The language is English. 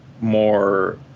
more